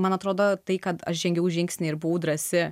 man atrodo tai kad aš žengiau žingsnį ir buvau drąsi